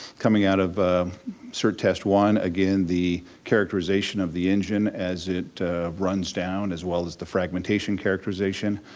coming out of cert test one, again the characterization of the engine as it runs down as well as the fragmentation characterization,